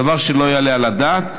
דבר שלא יעלה על הדעת.